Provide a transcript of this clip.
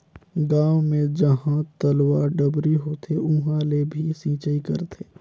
गांव मे जहां तलवा, डबरी होथे उहां ले भी सिचई करथे